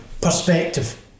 perspective